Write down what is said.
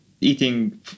eating